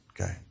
Okay